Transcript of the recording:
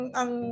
ang